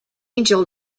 angel